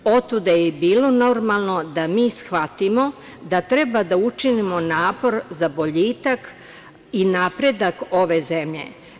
Otuda je i bilo normalno da mi shvatimo da treba da učinimo napor za boljitak i napredak ove zemlje.